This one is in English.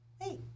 Hey